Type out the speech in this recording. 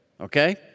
okay